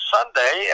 Sunday